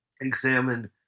examine